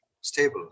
stable